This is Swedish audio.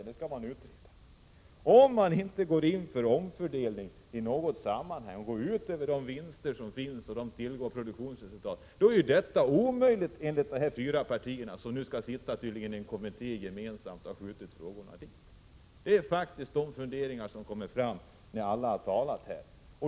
Det har bl.a. centern sagt. Det vill man utreda. En omfördelning till arbetstagarnas förmån, som går ut över vinsterna och produktionsresultaten, blir omöjlig enligt de fyra partier som nu skall tillsätta en gemensam kommitté, till vilken dessa frågor hänskjuts.